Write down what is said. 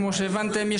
כמו שהבנתם,